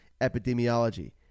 epidemiology